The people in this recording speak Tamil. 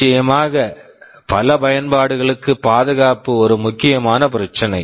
நிச்சயமாக பல பயன்பாடுகளுக்கு பாதுகாப்பு ஒரு முக்கியமான பிரச்சினை